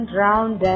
round